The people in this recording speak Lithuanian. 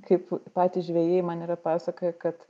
kaip patys žvejai man yra pasakoję kad